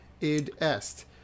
Id-est